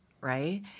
right